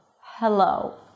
Hello